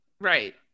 right